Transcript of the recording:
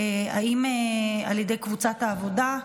האם על ידי קבוצת סיעת העבודה?